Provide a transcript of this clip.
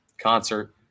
concert